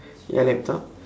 ya laptop